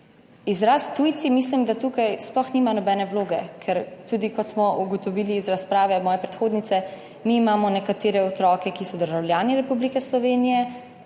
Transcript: izraz tujci tukaj sploh nima nobene vloge, ker kot smo ugotovili iz razprave moje predhodnice, mi imamo nekatere otroke, ki so državljani Republike Slovenije,